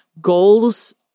goals